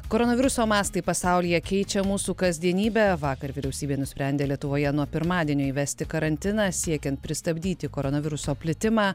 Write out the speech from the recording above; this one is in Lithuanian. koronaviruso mastai pasaulyje keičia mūsų kasdienybę vakar vyriausybė nusprendė lietuvoje nuo pirmadienio įvesti karantiną siekiant pristabdyti koronaviruso plitimą